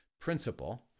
principle